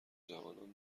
جوانان